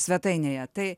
svetainėje tai